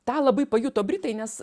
tą labai pajuto britai nes